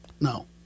No